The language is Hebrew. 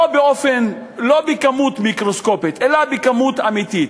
לא בכמות מיקרוסקופית אלא בכמות אמיתית.